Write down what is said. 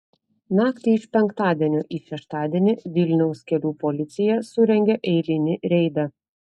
naktį iš penktadienio į šeštadienį vilniaus kelių policija surengė eilinį reidą